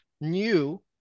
new